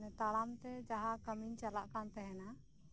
ᱛᱟᱲᱟᱢᱛᱮ ᱡᱟᱦᱟᱸ ᱠᱟᱹᱢᱤᱧ ᱪᱟᱞᱟᱜ ᱠᱟᱱᱛᱟᱦᱮᱱᱟ